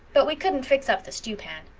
but we couldent fix up the stewpan.